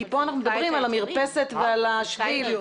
כי פה אנחנו מדברים על המרפסת ועל השביל.